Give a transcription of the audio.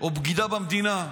או בגידה במדינה.